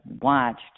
watched